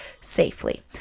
safely